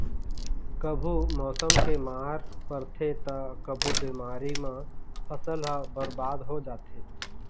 कभू मउसम के मार परथे त कभू बेमारी म फसल ह बरबाद हो जाथे